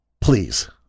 Please